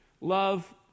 love